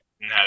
no